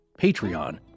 Patreon